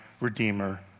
redeemer